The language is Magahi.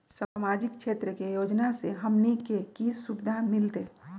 सामाजिक क्षेत्र के योजना से हमनी के की सुविधा मिलतै?